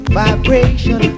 vibration